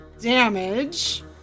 damage